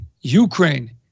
Ukraine